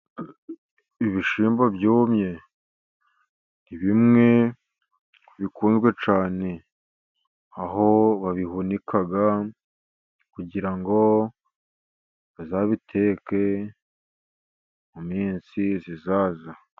Ibishyimbo byumye ni bimwe mu bikunzwe cyane, aho babihunika kugira ngo bazabiteke mu minsi izaza.